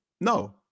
No